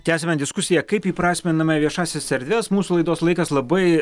tęsiame diskusiją kaip įprasminame viešąsias erdves mūsų laidos laikas labai